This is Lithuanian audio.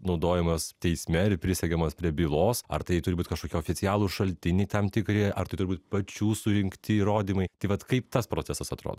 naudojamas teisme ir prisegamas prie bylos ar tai turi būt kažkokie oficialūs šaltiniai tam tikri ar tai turi būt pačių surinkti įrodymai tai vat kaip tas procesas atrodo